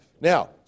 Now